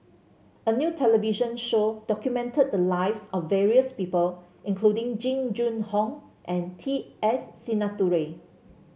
a new television show documented the lives of various people including Jing Jun Hong and T S Sinnathuray